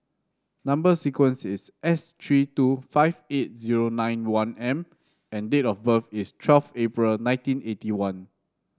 number sequence is S three two five eight zero nine one M and date of birth is twelve April nineteen eighty one